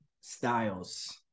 Styles